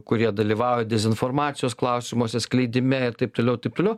kurie dalyvauja dezinformacijos klausimuose skleidime ir taip toliau taip toliau